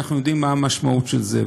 אנחנו יודעים מה המשמעות של זה.